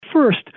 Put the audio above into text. First